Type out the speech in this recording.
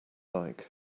like